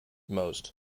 most